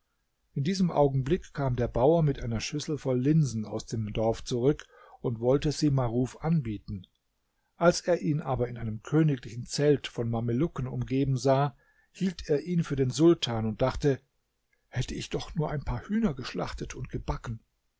in diesem augenblick kam der bauer mit einer schüssel voll linsen aus dem dorf zurück und wollte sie maruf anbieten als er ihn aber in einem königlichen zelt von mamelucken umgeben sah hielt er ihn für den sultan und dachte hätte ich doch ein paar hühner geschlachtet und gebacken